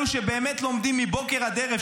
אלו שבאמת לומדים מבוקר עד ערב,